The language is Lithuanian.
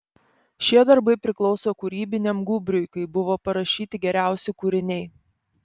šie darbai priklauso kūrybiniam gūbriui kai buvo parašyti geriausi kūriniai